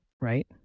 Right